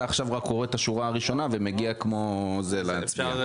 רק עכשיו קורא את השורה הראשונה ומגיע כמו זה להצביע.